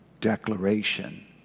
declaration